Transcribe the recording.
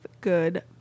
good